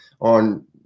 on